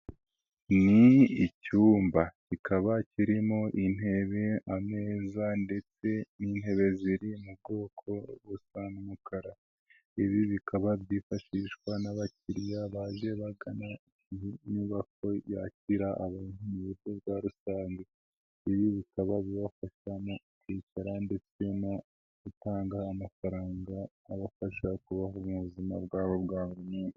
Ni icyumba kikaba kirimo intebe, ameza ndetse n'intebe ziri mu bwoko busa n'umukara, ibi bikaba byifashishwa n'abakiriya baje bagana iyi nyubako yakira abantu mu buyro bwa rusange, ibi bikaba bibafasha mu kwicara ndetse no gutanga amafaranga abafasha kubaho mu buzima bwabo bwa buri munsi.